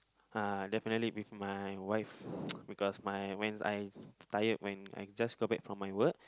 uh definitely with my wife because my when I tired when I just got back from my work